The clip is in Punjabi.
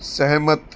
ਸਹਿਮਤ